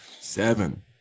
seven